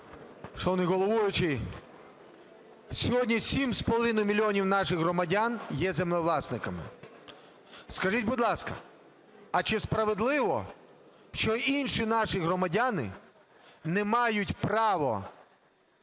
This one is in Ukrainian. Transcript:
Шановний головуючий, сьогодні 7,5 мільйона наших громадян є землевласниками. Скажіть, будь ласка, а чи справедливо, що і інші наші громадяни не мають права